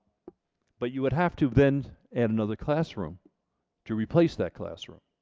but you would have to then add another classroom to replace that classroom.